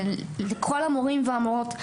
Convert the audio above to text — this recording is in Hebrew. לכל המורים והמורות,